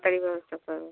গাড়ি ব্যবসা করববে